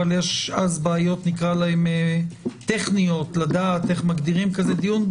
אבל אז יש בעיות טכניות לדעת איך מגדירים כזה דיון.